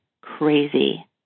crazy